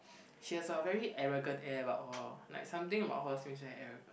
she has a very arrogant air about her like something about her seems very arrogant